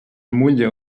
mulla